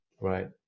right